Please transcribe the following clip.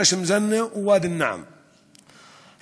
ח'שם-זנה וואדי-אלנעם,